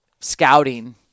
scouting